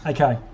Okay